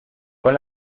con